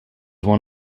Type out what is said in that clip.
one